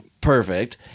perfect